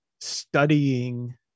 studying